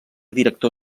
director